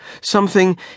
something